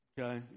Okay